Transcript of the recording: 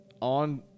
on